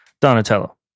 Donatello